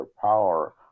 power